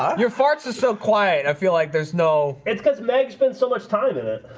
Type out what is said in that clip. your farts are so quiet. i feel like there's no it's cuz meg spent so much time in it